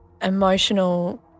emotional